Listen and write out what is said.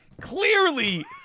clearly